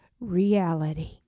reality